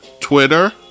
Twitter